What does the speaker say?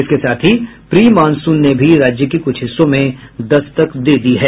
इसके साथ ही प्री मानसून ने भी राज्य के कुछ हिस्सों में दस्तक दे दिया है